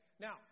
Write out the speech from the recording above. now